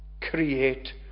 Create